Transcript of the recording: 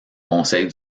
conseils